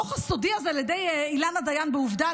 הדוח הסודי הזה פורסם על ידי אילנה דיין בעובדה.